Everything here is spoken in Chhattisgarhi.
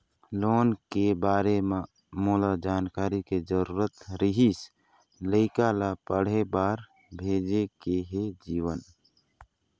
लोन के बारे म मोला जानकारी के जरूरत रीहिस, लइका ला पढ़े बार भेजे के हे जीवन